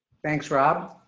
thanks, rob.